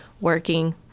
working